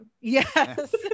Yes